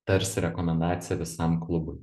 tarsi rekomendacija visam klubui